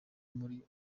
muri